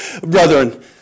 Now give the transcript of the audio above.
brethren